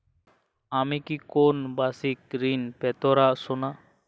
আমি কি কোন বাষিক ঋন পেতরাশুনা?